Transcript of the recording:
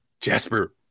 Jasper